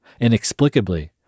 Inexplicably